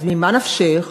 אז ממה נפשך